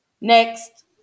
Next